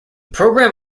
program